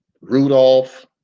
Rudolph